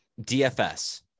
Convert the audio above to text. DFS